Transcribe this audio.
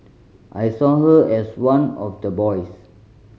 I saw her as one of the boys